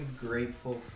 grateful